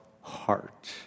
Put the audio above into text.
heart